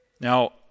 Now